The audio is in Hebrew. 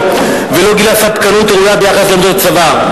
ולא גילה ספקנות ראויה ביחס לעמדות הצבא.